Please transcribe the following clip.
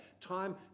time